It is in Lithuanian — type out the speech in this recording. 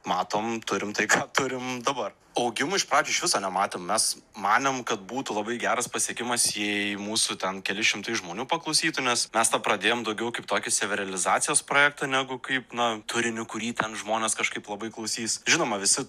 matom turim tai ką turim dabar augimo iš pradžių iš viso nematėm mes manėm kad būtų labai geras pasiekimas jei į mūsų ten keli šimtai žmonių paklausytų nes mes tą pradėjom daugiau kaip tokį savirealizacijos projektą negu kaip na turiniu kurį ten žmonės kažkaip labai klausys žinoma visi